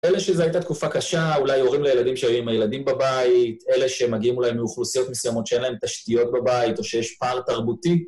אלה שזו הייתה תקופה קשה, אולי הורים לילדים שהיו עם הילדים בבית, אלה שמגיעים אולי מאוכלוסיות מסוימות שאין להם תשתיות בבית או שיש פער תרבותי.